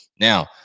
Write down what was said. Now